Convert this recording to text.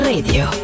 Radio